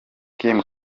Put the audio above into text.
kim